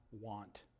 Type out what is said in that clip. want